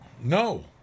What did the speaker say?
No